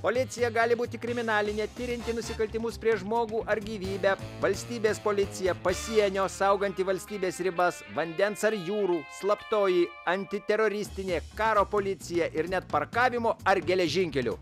policija gali būti kriminalinė tirianti nusikaltimus prieš žmogų ar gyvybę valstybės policija pasienio sauganti valstybės ribas vandens ar jūrų slaptoji antiteroristinė karo policija ir net parkavimo ar geležinkelių